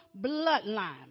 bloodline